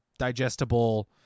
digestible